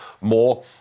more